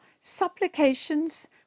supplications